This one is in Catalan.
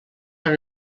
han